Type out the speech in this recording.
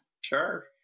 Sure